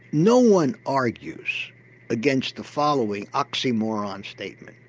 no one argues against the following oxymoron statement,